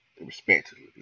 Respectively